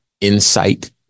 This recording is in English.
insight